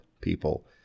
people